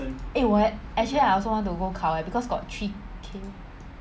eh 我也 actually I also want to go 考 leh because got three K